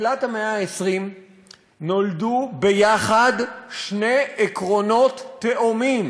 בתחילת המאה ה-20 נולדו ביחד שני עקרונות תאומים,